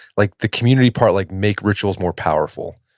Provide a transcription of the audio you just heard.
like the community part like make rituals more powerful?